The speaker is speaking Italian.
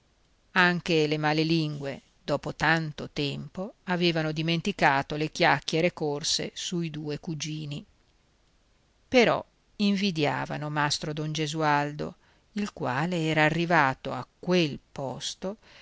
anche le male lingue dopo tanto tempo avevano dimenticato le chiacchiere corse sui due cugini però invidiavano mastro don gesualdo il quale era arrivato a quel posto